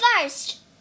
first